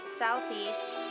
southeast